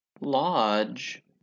lodge